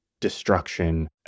destruction